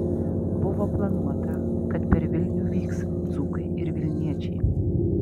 buvo planuota kad per vilnių vyks dzūkai ir vilniečiai